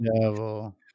Devil